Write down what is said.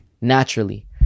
Naturally